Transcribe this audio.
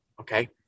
Okay